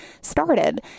started